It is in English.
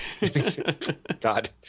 God